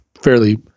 fairly